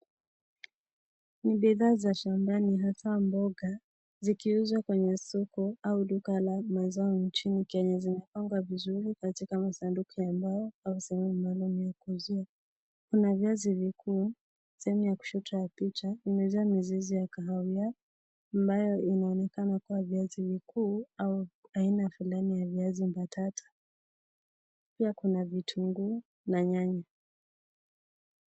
Ni bidhaa za shambani hata mboga, zikiuzwa kwenye soko au duka la mazao nchini Kenya zimepangwa vizuri katika masanduku ya mbao au sehemu maalum ya kuuzia. Kuna viazi vikuu, sehemu ya kushoto ya picha, imejaa mizizi ya kahawia ambayo inaonekana kuwa viazi vikuu au aina fulani ya viazi mbatata. Pia Kuna vitunguu na nyanya